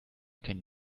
can